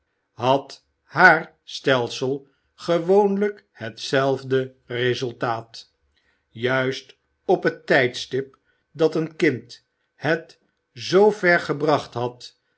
had haar stelsel gewoonlijk hetzelfde resultaat juist op het tijdstip dat een kind het zoo ver gebracht had